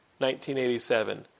1987